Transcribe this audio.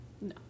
No